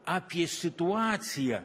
apie situaciją